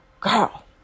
girl